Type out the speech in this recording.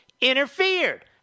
interfered